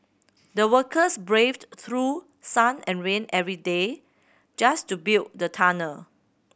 the workers braved through sun and rain every day just to build the tunnel